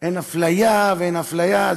אין אפליה, אין אפליה.